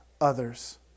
others